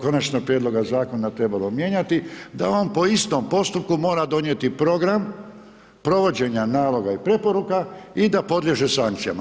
Konačnog prijedloga zakona trebalo mijenjati da on po istom postupku mora donijeti program provođenja naloga i preporuka i da podliježe sankcijama.